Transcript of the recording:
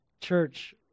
Church